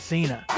Cena